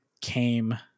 came